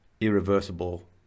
irreversible